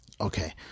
Okay